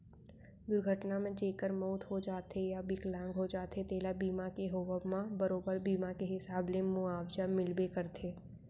दुरघटना म जेकर मउत हो जाथे या बिकलांग हो जाथें तेला बीमा के होवब म बरोबर बीमा के हिसाब ले मुवाजा मिलबे करथे